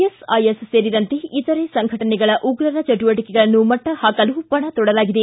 S ಸೇರಿದಂತೆ ಇತರೆ ಸಂಘಟನೆಗಳ ಉಗ್ರರ ಚಟುವಟಕೆಗಳನ್ನು ಮಟ್ಟಹಾಕಲು ಪಣ ತೊಡಲಾಗಿದೆ